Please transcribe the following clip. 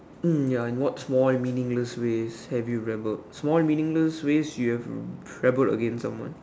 mm ya in what small meaningless ways have you rebelled small meaningless ways you have rebelled against someone